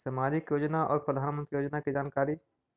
समाजिक योजना और प्रधानमंत्री योजना की जानकारी?